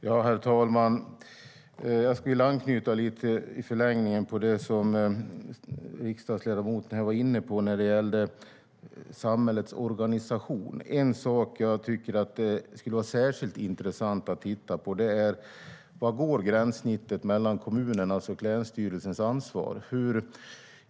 Herr talman! Jag skulle vilja anknyta till förlängningen på det som riksdagsledamoten var inne på när det gäller samhällets organisation. En sak som jag tycker att det skulle vara särskilt intressant att titta på är var gränssnittet går mellan kommunernas och länsstyrelsens ansvar.